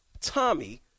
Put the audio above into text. Tommy